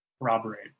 corroborate